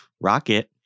rocket